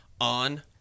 On